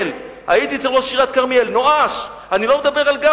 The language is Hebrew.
כרמיאל, הייתי אצל ראש עיריית כרמיאל, הוא נואש.